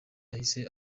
yahise